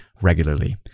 regularly